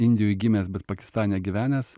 indijoj gimęs bet pakistane gyvenęs